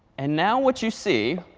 and now what you see,